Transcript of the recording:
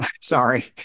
Sorry